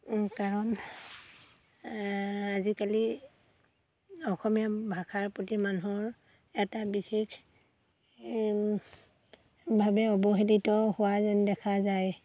কাৰণ আজিকালি অসমীয়া ভাষাৰ প্ৰতি মানুহৰ এটা বিশেষ ভাৱে অৱহেলিত হোৱা যেন দেখা যায়